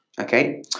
okay